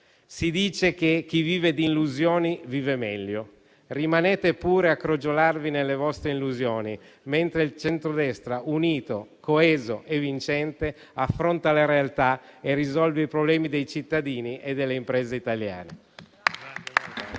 Si dice che chi vive di illusioni vive meglio: rimanete pure a crogiolarvi nelle vostre illusioni, mentre il centrodestra unito, coeso e vincente affronta la realtà e risolve i problemi dei cittadini e delle imprese italiane.